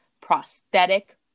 prosthetic